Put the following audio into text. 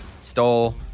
stole